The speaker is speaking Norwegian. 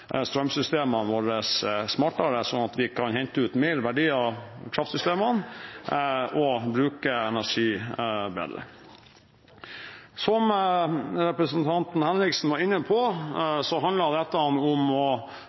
strømsystemene våre smartere, sånn at vi kan hente ut mer verdier av kraftsystemene og bruke energi bedre. Som representanten Henriksen var inne på, handler dette om å